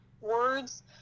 words